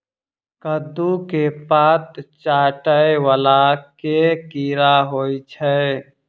कद्दू केँ पात चाटय वला केँ कीड़ा होइ छै?